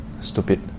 stupid